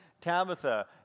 Tabitha